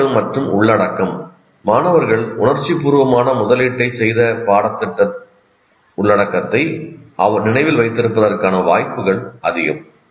மாணவர்கள் மற்றும் உள்ளடக்கம் மாணவர்கள் உணர்ச்சிபூர்வமான முதலீட்டைச் செய்த பாடத்திட்ட உள்ளடக்கத்தை நினைவில் வைத்திருப்பதற்கான வாய்ப்புகள் அதிகம்